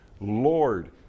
Lord